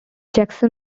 jackson